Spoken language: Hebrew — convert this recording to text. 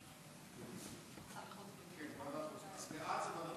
בעד זה לוועדת חוץ וביטחון.